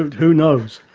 ah who knows.